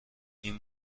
این